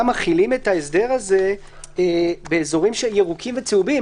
מחילים את ההסדר הזה באזורים ירוקים וצהובים,